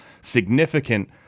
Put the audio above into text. significant